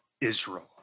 Israel